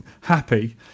happy